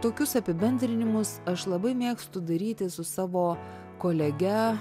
tokius apibendrinimus aš labai mėgstu daryti su savo kolege